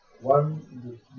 One